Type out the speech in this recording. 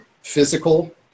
physical